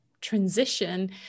transition